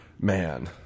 Man